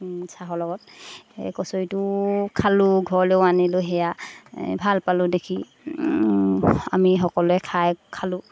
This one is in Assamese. চাহৰ লগত কচৰিটো খালোঁ ঘৰলৈও আনিলোঁ সেয়া ভাল পালোঁ দেখি আমি সকলোৱে খাই খালোঁ